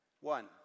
One